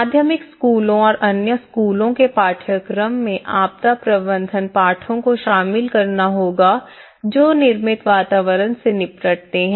माध्यमिक स्कूलों और अन्य स्कूलों के पाठ्यक्रम में आपदा प्रबंधन पाठों को शामिल करना होगा जो निर्मित वातावरण से निपटते हैं